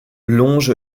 longe